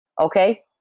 Okay